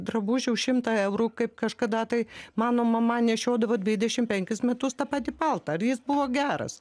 drabužį už šimtą eurų kaip kažkada tai mano mama nešiodavo dvidešim penkis metus tą patį paltą ir jis buvo geras